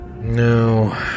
No